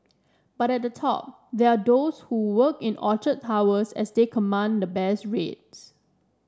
but at the top they are those who work in Orchard Towers as they command the best rates